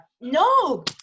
No